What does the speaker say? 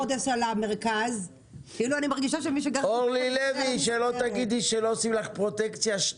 שלה הותנה על ידי שר האוצר ועל ידך בהבטחה מפורשת לראשי